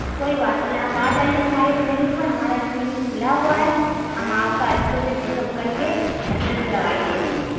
کوئی بات نہیں آپ آ جائیے ہمارے کلینک پر ہمارا کلینک کُھلا ہُوا ہے ہم آپ کا اچھے سے چیک اپ کر کے اچھے سے دوائی دے دیں گے